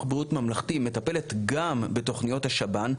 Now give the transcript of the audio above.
בריאות ממלכתי מטפלת גם בתוכניות השב"ן,